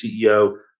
CEO